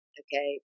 okay